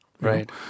Right